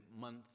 month